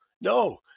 No